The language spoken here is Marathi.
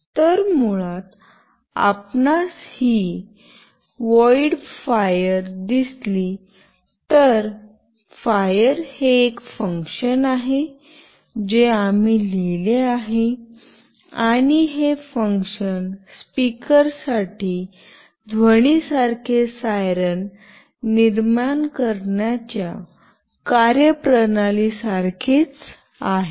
तर मुळात आपणास ही व्हॉइड फायर दिसली तर फायर हे एक फंक्शन आहे जे आम्ही लिहिले आहे आणि हे फंक्शन स्पीकरसाठी ध्वनी सारखे सायरन निर्माण करण्याच्या कार्यप्रणालीसारखेच आहे